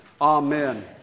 Amen